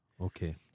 Okay